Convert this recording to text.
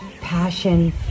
passion